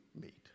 meet